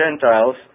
Gentiles